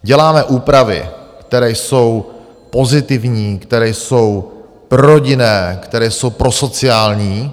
Děláme úpravy, které jsou pozitivní, které jsou prorodinné, které jsou prosociální.